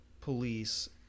police